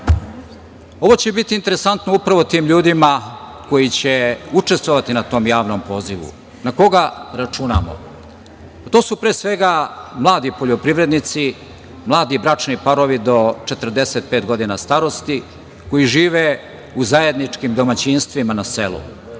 će biti interesantno upravo tim ljudima koji će učestvovati na tom javnom pozivu. Na koga računamo? To su pre svega mladi poljoprivrednici, mladi bračni parovi do 45 godina starosti koji žive u zajedničkim domaćinstvima na selu.